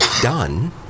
done